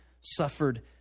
suffered